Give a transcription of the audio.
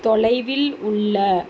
தொலைவில் உள்ள